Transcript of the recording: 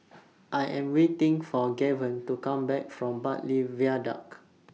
I Am waiting For Gaven to Come Back from Bartley Viaduct